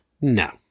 No